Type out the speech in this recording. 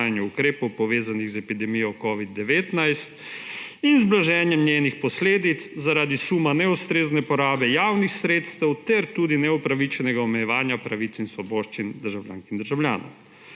ukrepov, povezanih z epidemijo covida-19 in z blaženjem njenih posledic, zaradi suma neustrezne porabe javnih sredstev ter tudi neupravičenega omejevanja pravic in svoboščin državljank in državljanov.